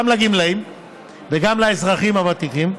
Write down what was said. גם לגמלאים וגם לאזרחים הוותיקים,